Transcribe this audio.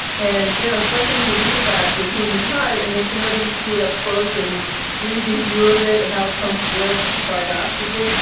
and you know, it's one thing to read about your human heart. and it's another to see it up close and three d view of it, how it pumps blood to provide oxygen.